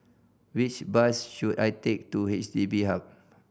which bus should I take to H D B Hub